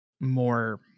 more